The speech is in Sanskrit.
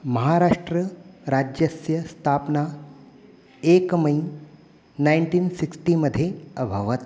महाराष्ट्रराज्यस्य स्थापना एक मै नैन्टीन् सिक्स्टीमध्ये अभवत्